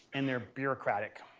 and they're bureaucratic.